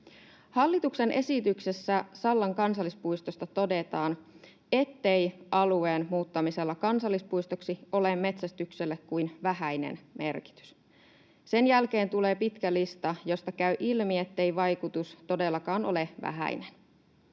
Hallituksen esityksessä Sallan kansallispuistosta todetaan, ettei alueen muuttamisella kansallispuistoksi ole metsästykselle kuin vähäinen merkitys. Sen jälkeen tulee pitkä lista, josta käy ilmi, ettei vaikutus todellakaan ole vähäinen.